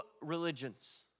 religions